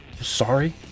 Sorry